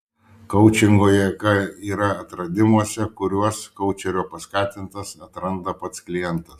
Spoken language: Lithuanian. koučingo jėga yra atradimuose kuriuos koučerio paskatintas atranda pats klientas